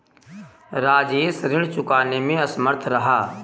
राजेश ऋण चुकाने में असमर्थ रहा